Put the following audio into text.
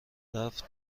رفت